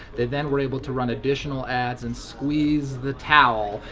they then were able to run additional ads and squeeze the towel,